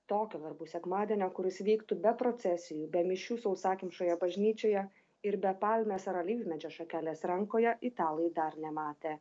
tokio verbų sekmadienio kuris vyktų be procesijų be mišių sausakimšoje bažnyčioje ir be palmės ar alyvmedžio šakelės rankoje italai dar nematę